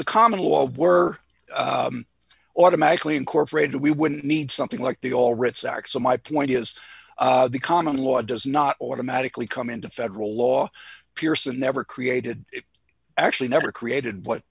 the common law were automatically incorporated we wouldn't need something like the all writs act so my point is the common law does not automatically come into federal law pearson never created it actually never created